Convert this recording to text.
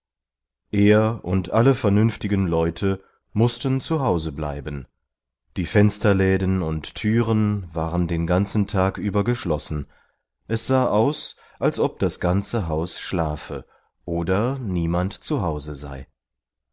er und alle vernünftigen leute mußten zu hause bleiben die fensterladen und thüren waren den ganzen tag über geschlossen es sah aus als ob das ganze haus schlafe oder niemand zu hause sei